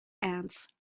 ants